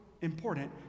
important